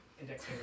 index